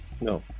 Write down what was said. no